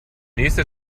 nächste